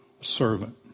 servant